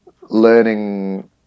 learning